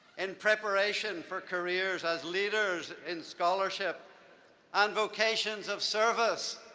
in preparation for careers as leaders in scholarship and vocations of service.